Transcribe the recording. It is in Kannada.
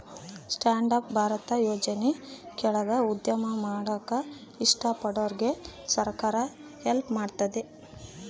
ಸ್ಟ್ಯಾಂಡ್ ಅಪ್ ಭಾರತದ ಯೋಜನೆ ಕೆಳಾಗ ಉದ್ಯಮ ಮಾಡಾಕ ಇಷ್ಟ ಪಡೋರ್ಗೆ ಸರ್ಕಾರ ಹೆಲ್ಪ್ ಮಾಡ್ತತೆ